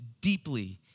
deeply